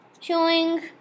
showing